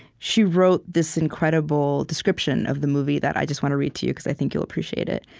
she wrote this incredible description of the movie that i just want to read to you, because i think you'll appreciate it.